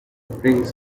brings